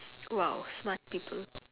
!wow! smart people